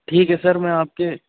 ٹھیک ہے سر میں آپ کے